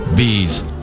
Bees